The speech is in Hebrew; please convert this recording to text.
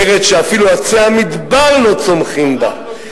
ארץ שאפילו עצי המדבר לא צומחים בה.